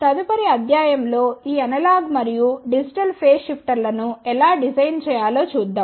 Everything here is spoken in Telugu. తదుపరి అధ్యాయం లో ఈ అనలాగ్ మరియు డిజిటల్ ఫేస్ షిఫ్టర్లను ఎలా డిజైన్ చేయాలో చూద్దాం